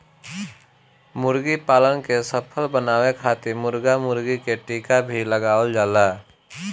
मुर्गीपालन के सफल बनावे खातिर मुर्गा मुर्गी के टीका भी लगावल जाला